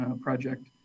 project